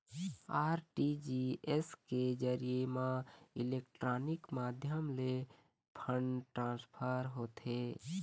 RTGS के जरिए म इलेक्ट्रानिक माध्यम ले फंड ट्रांसफर होथे